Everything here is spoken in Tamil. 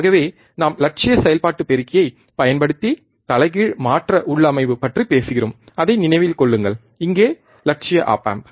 ஆகவே நாம் இலட்சிய செயல்பாட்டு பெருக்கியைப் பயன்படுத்தி தலைகீழ் மாற்ற உள்ளமைவு பற்றிப் பேசுகிறோம் அதை நினைவில் கொள்ளுங்கள் இங்கே இலட்சிய ஆப் ஆம்ப்